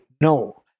No